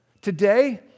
today